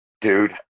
Dude